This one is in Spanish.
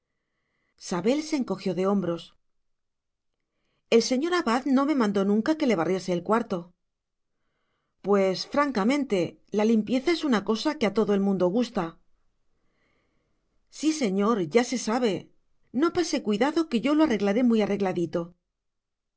sabel se encogió de hombros el señor abad no me mandó nunca que le barriese el cuarto pues francamente la limpieza es una cosa que a todo el mundo gusta sí señor ya se sabe no pase cuidado que yo lo arreglaré muy arregladito